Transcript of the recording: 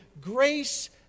grace